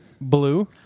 Blue